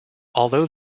although